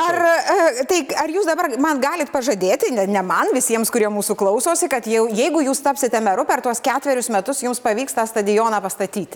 ar taip ar jūs dabar man galite pažadėti ne ne man visiems kurie mūsų klausosi kad jau jeigu jūs tapsite meru per tuos ketverius metus jums pavyks tą stadioną pastatyti